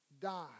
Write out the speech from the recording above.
die